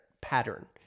pattern